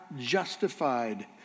justified